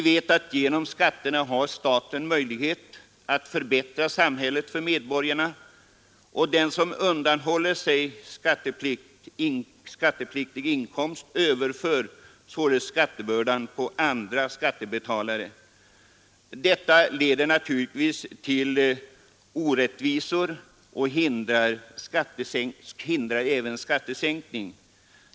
Genom skatterna har staten möjlighet att förbättra samhället för medborgarna, och den som undanhåller skatteplig inkomst överför skattebördan på andra skattebetalare. Detta leder naturligtvis till orättvisor och hindrar även skattesänkning.